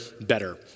better